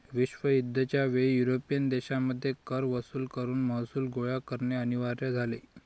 विश्वयुद्ध च्या वेळी युरोपियन देशांमध्ये कर वसूल करून महसूल गोळा करणे अनिवार्य झाले